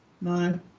no